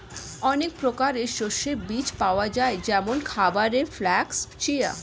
অনেক প্রকারের শস্যের বীজ পাওয়া যায় যেমন খাবারের ফ্লাক্স, চিয়া